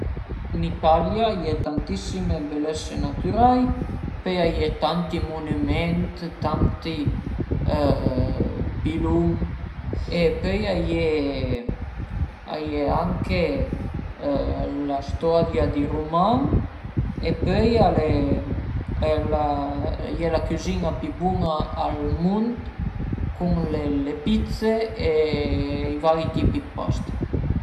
a la fin d'la zman-a preferisu andé a fe 'na caminada ën muntagna o da se no ën bel gir ën bici o ën muntagna o s'le piste ciclabil o da se no pasé ël fin dë zman-a ën famìa anche a l'esternu d'la ca